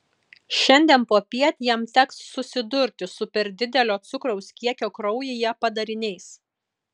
šiandien popiet jam teks susidurti su per didelio cukraus kiekio kraujyje padariniais